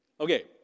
Okay